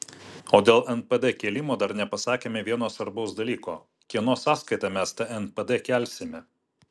o dėl npd kėlimo dar nepasakėme vieno svarbaus dalyko kieno sąskaita mes tą npd kelsime